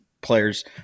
players